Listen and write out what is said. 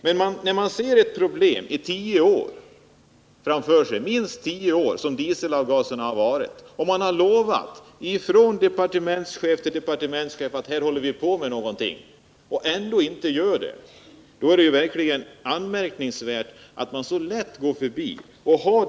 Jag kan som exempel ta ett problem som funnits i minst tio år, nämligen dieselavgaserna. Departementschef efter departementschef har sagt att man håller på med någonting — och ändå görs ingenting. Det är anmärkningsvärt att man så lätt går förbi detta.